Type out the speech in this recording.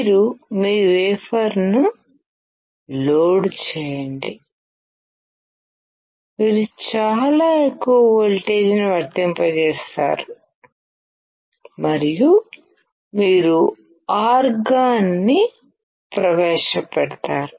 మీరు మీ వేఫర్ ను లోడ్ చేయండి మీరు చాలా ఎక్కువ వోల్టేజ్ను వర్తింపజేస్తారు మరియు మీరు ఆర్గాన్ను ప్రవేశ పెడతారు